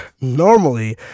Normally